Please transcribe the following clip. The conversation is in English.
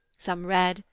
some red,